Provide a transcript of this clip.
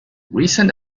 recent